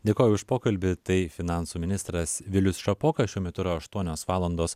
dėkoju už pokalbį tai finansų ministras vilius šapoka šiuo metu aštuonios valandos